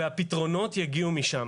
והפתרונות יגיעו משם.